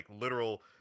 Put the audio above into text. literal